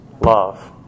love